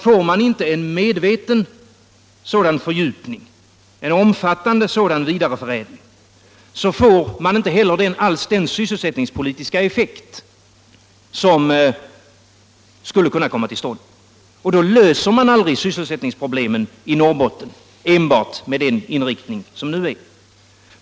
Får man inte en medveten sådan fördjupning och en omfattande sådan vidareförädling, får man inte heller den sysselsättningspolitiska effekt som skulle kunna komma till stånd, och då löser man aldrig sysselsättningsproblemet i Norrbotten enbart med den nuvarande inriktningen.